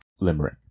limerick